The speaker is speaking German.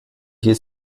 hier